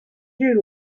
you